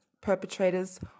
perpetrators